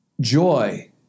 Joy